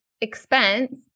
expense